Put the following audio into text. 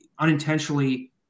unintentionally